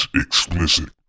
explicit